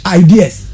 ideas